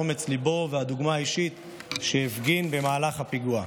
אומץ ליבו והדוגמה האישית שהפגין במהלך הפיגוע.